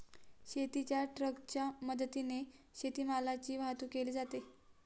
शेतीच्या ट्रकच्या मदतीने शेतीमालाची वाहतूक केली जाते